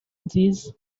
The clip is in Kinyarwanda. nziza